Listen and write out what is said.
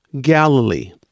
Galilee